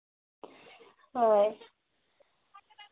ᱦᱳᱭ